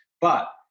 But-